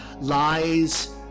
lies